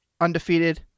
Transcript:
undefeated